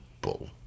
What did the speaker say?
bull